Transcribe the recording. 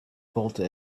bolted